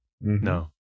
No